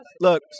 Look